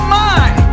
mind